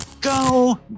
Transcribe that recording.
go